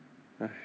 哎